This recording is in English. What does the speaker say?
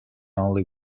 only